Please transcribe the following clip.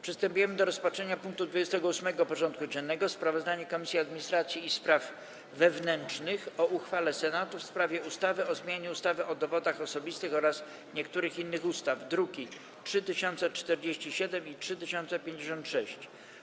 Przystępujemy do rozpatrzenia punktu 28. porządku dziennego: Sprawozdanie Komisji Administracji i Spraw Wewnętrznych o uchwale Senatu w sprawie ustawy o zmianie ustawy o dowodach osobistych oraz niektórych innych ustaw (druki nr 3047 i 3056)